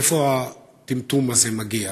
והם החליטו שהפעילות הזאת חשודה.